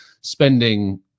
spending